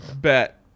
bet